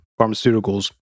pharmaceuticals